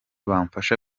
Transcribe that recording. bamfasha